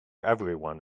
everyone